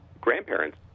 grandparents